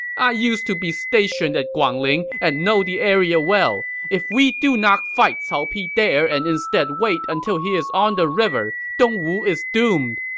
i used to be stationed at guangling and know the area well. if we do not fight cao pi there and instead wait until he is on the river, dongwu is doomed!